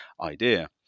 idea